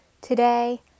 Today